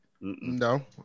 No